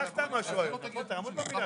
ברשותכם, נמשיך